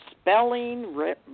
spelling